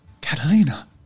Catalina